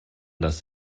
das